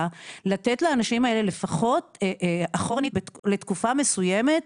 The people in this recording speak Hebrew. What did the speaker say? לתת לאנשים האלה לפחות אחורנית לתקופה מסוימת,